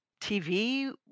TV